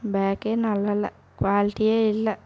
back நல்லாயில்ல quality இல்லை